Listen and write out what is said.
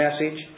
message